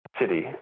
city